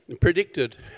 predicted